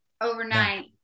overnight